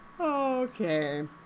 Okay